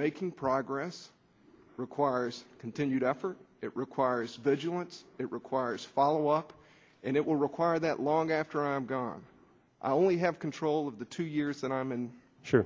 making progress requires continued effort it requires vigilance it requires follow up and it will require that long after i'm gone i only have control of the two years and i'm sure